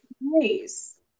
Nice